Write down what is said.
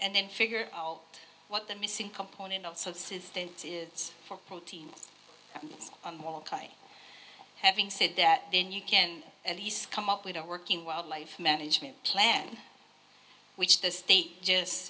and then figure out what the missing component also says that it is for proteins having said that then you can at least come up with a working wildlife management plan which the state just